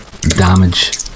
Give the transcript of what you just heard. damage